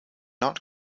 not